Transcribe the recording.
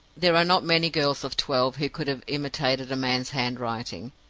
there are not many girls of twelve who could have imitated a man's handwriting,